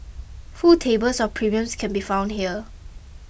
full tables of premiums can be found here